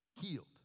Healed